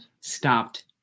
stopped